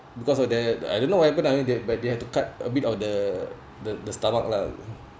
because of that I don't know what happened lah I mean they but they have to cut a bit of the the the stomach lah